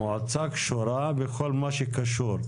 המועצה קשורה לכל מה שקשור.